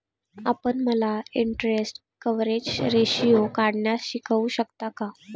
आपण मला interest coverage ratio काढण्यास शिकवू शकता का?